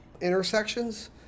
intersections